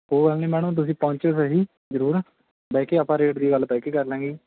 ਕੋਈ ਗੱਲ ਨਹੀਂ ਮੈਡਮ ਤੁਸੀਂ ਪਹੁੰਚਿਓ ਸਹੀ ਜ਼ਰੂਰ ਬਹਿ ਕੇ ਆਪਾਂ ਰੇਟ ਦੀ ਗੱਲ ਬਹਿ ਕੇ ਕਰ ਲਵਾਂਗੇ